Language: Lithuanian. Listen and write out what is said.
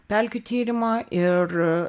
pelkių tyrimo ir